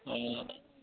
हां